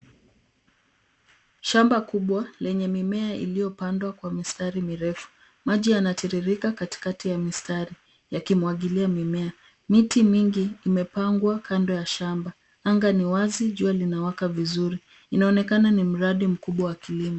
Shmba kubwa lenye mimea iliyopandwa kwa mistari mirefu. Maji yanatiririka katikati ya mistari yakimwagilia mimea. Miti mingi imepangwa kando ya shamba, anga ni wazi jua linawaka vizuri. Inaonekana ni mradi mkubwa wa kilimo.